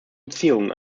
beziehungen